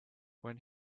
when